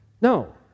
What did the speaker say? No